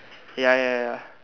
ya ya ya ya